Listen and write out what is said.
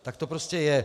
Tak to prostě je.